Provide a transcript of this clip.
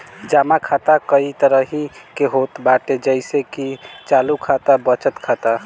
जमा खाता कई तरही के होत बाटे जइसे की चालू खाता, बचत खाता